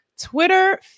Twitter